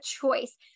choice